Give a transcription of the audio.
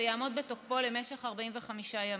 ויעמוד בתוקפו למשך 45 ימים.